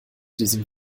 diesem